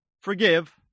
forgive